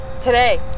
today